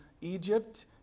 Egypt